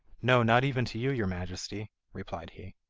no, not even to you, your majesty replied he.